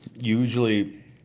usually